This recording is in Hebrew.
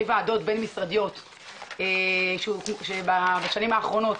ועדות בין-משרדיות בשנים האחרונות,